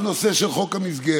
על הנושא של חוק המסגרת.